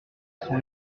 son